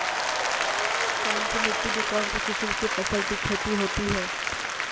कौनसी मिट्टी में कौनसी किस्म की फसल की खेती होती है?